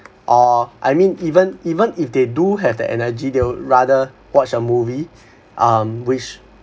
or I mean even even if they do have the energy they would rather watch a movie um which